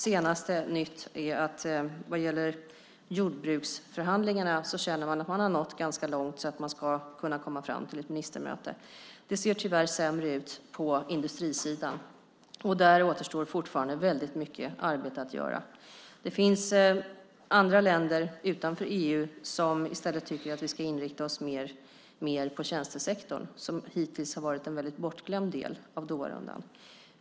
Senaste nytt är att när det gäller jordbruksförhandlingarna känner man att man har nått ganska långt och att man ska kunna komma fram till ett ministermöte. Det ser tyvärr sämre ut på industrisidan. Där återstår fortfarande väldigt mycket arbete att göra. Det finns andra länder utanför EU som i stället tycker att vi ska inrikta oss mer på tjänstesektorn, som hittills har varit en väldigt bortglömd del av Doharundan.